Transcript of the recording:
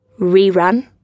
rerun